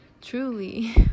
truly